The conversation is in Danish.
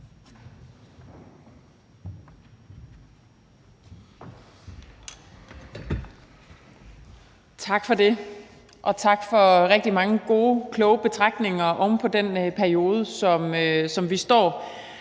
Tak for det, og tak for rigtig mange gode, kloge betragtninger oven på den periode, som vi står